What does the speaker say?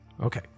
Okay